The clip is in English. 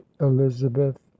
Elizabeth